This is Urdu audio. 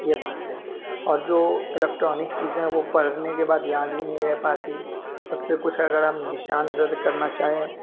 یہ بات ہے اور جو الکٹرانک چیزیں ہیں وہ پڑھنے کے بعد یاد بھی نہیں رہ پاتیں اس پہ کچھ اگر ہم نشان زد کرنا چاہیں